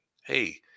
Hey